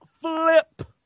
Flip